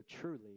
truly